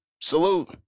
salute